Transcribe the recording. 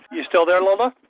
you still there, lola?